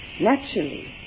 Naturally